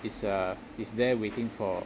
is uh is there waiting for